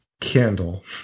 candle